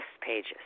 pages